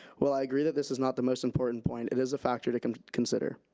while i agree that this is not the most important point, it is a factor to consider.